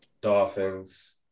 Dolphins